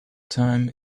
time